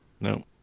No